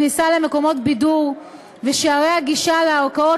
בכניסה למקומות בידור ושערי הגישה לערכאות